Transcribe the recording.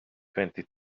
twenty